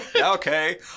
okay